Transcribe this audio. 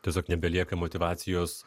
tiesiog nebelieka motyvacijos